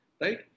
right